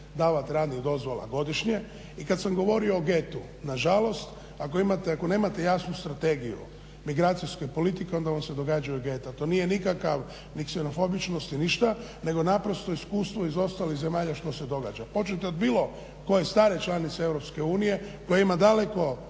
davati radnih dozvola godišnje. I kada sam govorio o getu nažalost ako nemate jasnu strategiju migracijske politike onda vam se događaju geta. To nije nikakva ni ksenofobičnost ni ništa nego iskustvo iz ostalih zemalja što se događa. Hoćete od bilo koje stare članice EU koja ima daleko